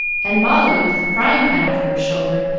and molly, with the frying-pan over her shoulder,